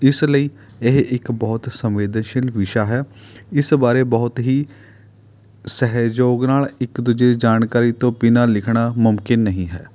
ਇਸ ਲਈ ਇਹ ਇੱਕ ਬਹੁਤ ਸੰਵੇਦਨਸ਼ੀਲ ਵਿਸ਼ਾ ਹੈ ਇਸ ਬਾਰੇ ਬਹੁਤ ਹੀ ਸਹਿਯੋਗ ਨਾਲ ਇੱਕ ਦੂਜੇ ਦੀ ਜਾਣਕਾਰੀ ਤੋਂ ਬਿਨਾਂ ਲਿਖਣਾ ਮੁਮਕਿਨ ਨਹੀਂ ਹੈ